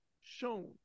shown